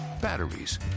batteries